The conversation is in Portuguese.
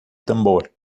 tambor